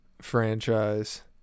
franchise